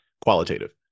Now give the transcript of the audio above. qualitative